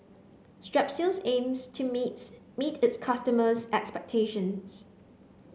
strepsils aims to meets meet its customers' expectations